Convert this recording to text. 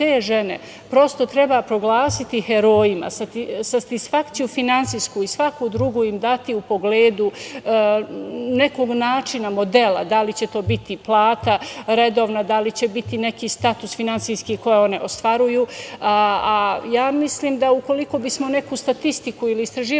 te žene prosto treba proglasiti herojima, satisfakciju finansijsku i svaku drugu im dati u pogledu nekog načina, modela, da li će to biti plata redovna, da li će biti neki status finansijski koje one ostvaruju. Mislim da ukoliko bismo neku statistiku ili istraživanje